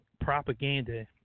propaganda